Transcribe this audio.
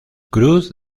cruz